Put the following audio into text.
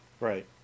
Right